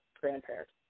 grandparents